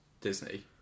Disney